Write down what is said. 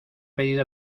pedido